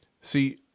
See